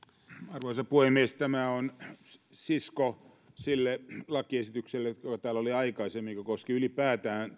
arvoisa puhemies tämä on sisko sille lakiesitykselle joka täällä oli aikaisemmin joka koski ylipäätään